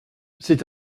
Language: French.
c’est